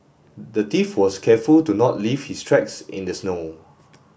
the thief was careful to not leave his tracks in the snow